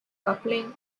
coupling